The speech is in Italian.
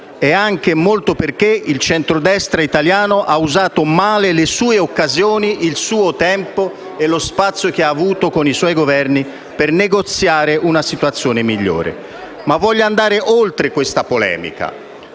è anche perché il centrodestra italiano ha usato male le sue occasioni, il suo tempo e lo spazio che ha avuto con i suoi Governi per negoziare una situazione migliore. Voglio però andare oltre questa polemica.